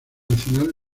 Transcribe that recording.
nacional